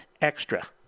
extra